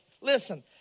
listen